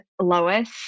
Lois